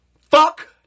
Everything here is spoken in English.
fuck